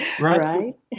Right